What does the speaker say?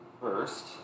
first